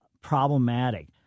problematic